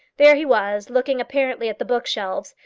there he was, looking apparently at the bookshelves,